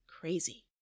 crazy